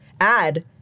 add